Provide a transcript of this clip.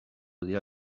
dira